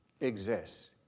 exists